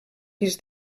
pis